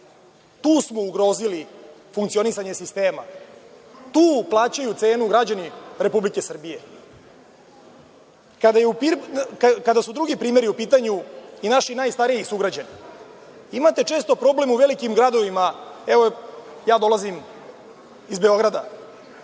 Tu smo ugrozili funkcionisanje sistema. Tu cenu plaćaju građani Republike Srbije. Kada su drugi primeri u pitanju i naši najstariji sugrađani, imate često problem u velikim gradovima, elem, ja dolazim iz Beograda,